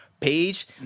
page